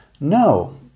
No